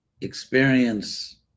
experience